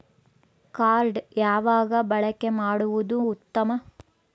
Card ಯಾವಾಗ ಬಳಕೆ ಮಾಡುವುದು ಉತ್ತಮ?